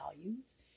values